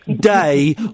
day